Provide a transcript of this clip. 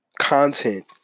content